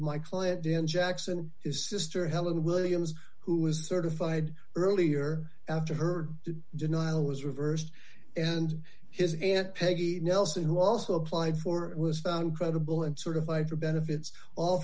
my client then jackson is sister helen williams who was a certified earlier after her denial was reversed and his aunt peggy nelson who also applied for was found credible and sort of lied for benefits all